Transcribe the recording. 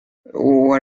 what